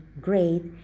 great